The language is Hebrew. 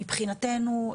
מבחינתנו,